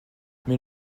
mais